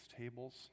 tables